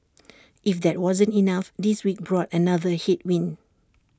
if that wasn't enough this week brought another headwind